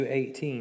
18